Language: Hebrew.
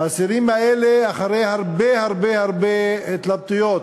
האסירים האלה, אחרי הרבה הרבה הרבה התלבטויות,